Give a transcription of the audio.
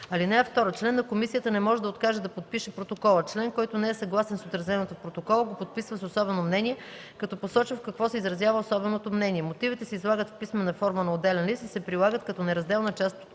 коалиция. (2) Член на комисията не може да откаже да подпише протокола. Член, който не е съгласен с отразеното в протокола, го подписва с особено мнение, като посочва в какво се изразява особеното мнение. Мотивите се излагат в писмена форма на отделен лист и се прилагат като неразделна част от протокола.